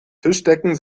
tischdecken